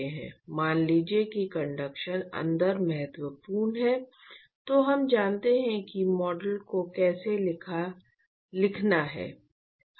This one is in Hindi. मान लीजिए कि कंडक्शन अंदर महत्वपूर्ण है तो हम जानते हैं कि मॉडल को कैसे लिखना है